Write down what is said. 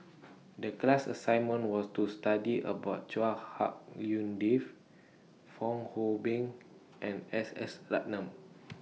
The class assignment was to study about Chua Hak Lien Dave Fong Hoe Beng and S S Ratnam